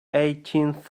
eighteenth